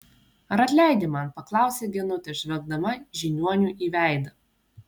ar atleidi man paklausė genutė žvelgdama žiniuoniui į veidą